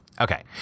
Okay